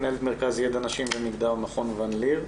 מנהלת מרכז ידע נשים ומגדר במכון ון-ליר,